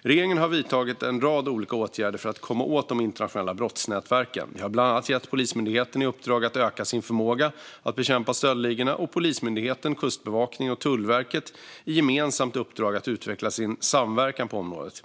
Regeringen har vidtagit en rad olika åtgärder för att komma åt de internationella brottsnätverken. Vi har bland annat gett Polismyndigheten i uppdrag att öka sin förmåga att bekämpa stöldligorna samt Polismyndigheten, Kustbevakningen och Tullverket ett gemensamt uppdrag att utveckla sin samverkan på området.